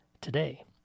today